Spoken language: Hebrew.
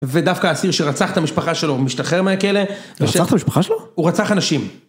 ודווקא אסיר שרצח את המשפחה שלו, הוא משתחרר מהכלא. רצח את המשפחה שלו? הוא רצח אנשים.